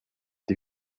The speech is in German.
die